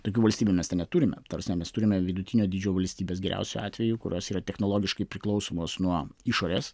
tokių valstybių mes ten neturime ta prasme mes turime vidutinio dydžio valstybes geriausiu atveju kurios yra technologiškai priklausomos nuo išorės